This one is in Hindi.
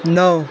नौ